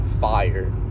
fire